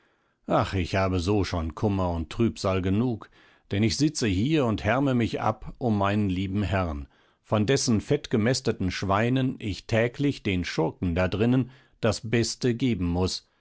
ach ich habe so schon kummer und trübsal genug denn ich sitze hier und härme mich ab um meinen lieben herrn von dessen fettgemästeten schweinen ich täglich den schurken da drinnen das beste geben muß